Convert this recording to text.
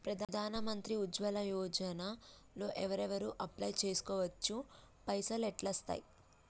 ప్రధాన మంత్రి ఉజ్వల్ యోజన లో ఎవరెవరు అప్లయ్ చేస్కోవచ్చు? పైసల్ ఎట్లస్తయి?